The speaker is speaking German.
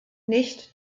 nicht